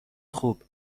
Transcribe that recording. خوب